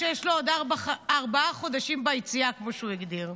שיש לו עוד ארבעה חודשים ביציאה, כמו שהוא הגדיר.